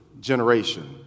generation